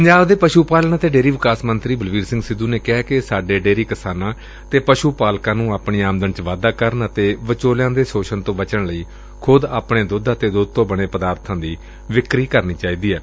ਪੰਜਾਬ ਦੇ ਪਸੁ ਪਾਲਣ ਅਤੇ ਡੇਅਰੀ ਵਿਕਾਸ ਮੰਤਰੀ ਬਲਬੀਰ ਸਿੰਘ ਸਿੱਧੁ ਨੇ ਕਿਹੈ ਕਿ ਸਾਡੇ ਡੇਅਰੀ ਕਿਸਾਨਾਂ ਅਤੇ ਪਸ੍ਰ ਪਾਲਕਾਂ ਨੂੰ ਆਪਣੀ ਆਮਦਨ ਚ ਵਾਧਾ ਕਰਨ ਅਤੇ ਵਿਚੋਲਿਆਂ ਦੇ ਸੋਸ਼ਣ ਤੋ ਬਚਣ ਲਈ ਖੁਦ ਆਪਣੇ ਦੁੱਧ ਅਤੇ ਦੁੱਧ ਤੋਂ ਬਣੇ ਪਦਾਰਬਾਂ ਦੀ ਵਿਕਰੀ ਕਰਨੀ ਚਾਹੀਦੀ ਏ